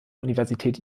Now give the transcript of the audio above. universität